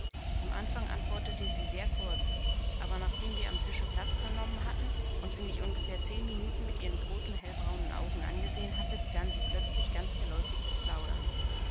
im anfang antwortete sie sehr kurz aber nachdem wir am tische platz genommen hatten und sie mich ungefähr zehn minuten mit ihren großen hellbraunen augen angesehen hatte begann sie plötzlich ganz geläufig zu plaudern